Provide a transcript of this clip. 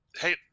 Hey